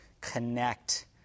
connect